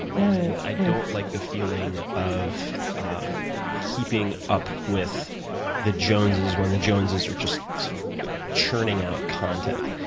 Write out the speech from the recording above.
and i don't like the feeling of keeping up with the joneses when the joneses are just sort of churning out content.